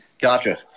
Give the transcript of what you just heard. Gotcha